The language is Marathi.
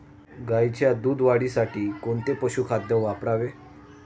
गाईच्या दूध वाढीसाठी कोणते पशुखाद्य वापरावे?